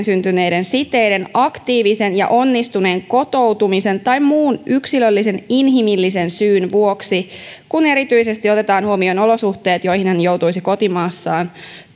syntyneiden siteiden aktiivisen ja onnistuneen kotoutumisen tai muun yksilöllisen inhimillisen syyn vuoksi kun erityisesti otetaan huomioon olosuhteet joihin hän joutuisi kotimaassaan